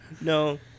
No